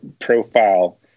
profile